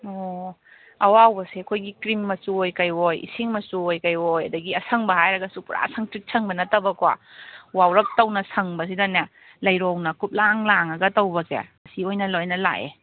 ꯑꯣ ꯑꯋꯥꯎꯕꯁꯦ ꯑꯩꯈꯣꯏꯒꯤ ꯀ꯭ꯔꯤꯝ ꯃꯆꯨ ꯑꯣꯏ ꯀꯩ ꯑꯣꯏ ꯏꯁꯤꯡ ꯃꯆꯨ ꯑꯣꯏ ꯀꯩ ꯑꯣꯏ ꯑꯗꯒꯤ ꯑꯁꯪꯕ ꯍꯥꯏꯔꯒꯁꯨ ꯄꯨꯔꯥ ꯁꯪꯇ꯭ꯔꯤꯛ ꯁꯪꯕ ꯅꯠꯇꯕ ꯀꯣ ꯋꯥꯎꯔꯞ ꯇꯧꯅ ꯁꯪꯕꯁꯤꯗꯅꯦ ꯂꯩꯔꯣꯡꯅ ꯀꯨꯞꯂꯥꯡ ꯂꯥꯡꯉꯒ ꯇꯧꯕꯁꯦ ꯑꯁꯤ ꯑꯣꯏꯅ ꯂꯣꯏꯅ ꯂꯥꯛꯑꯦ